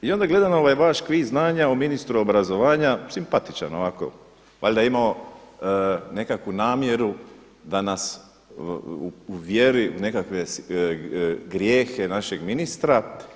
I onda gledam ovaj vaš kviz znanja o ministru obrazovanja, simpatičan ovako, valjda je imao nekakvu namjeru da nas uvjeri u nekakve grijehe našeg ministra.